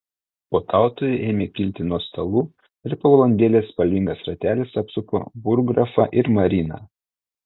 puotautojai ėmė kilti nuo stalų ir po valandėlės spalvingas ratelis apsupo burggrafą ir mariną